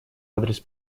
адрес